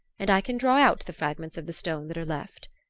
and i can draw out the fragments of the stone that are left.